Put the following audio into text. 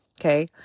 Okay